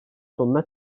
sonuna